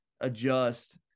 adjust